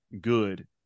good